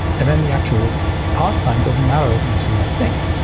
and then the actual parse time doesn't matter as much as you might think.